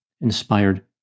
inspired